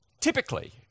Typically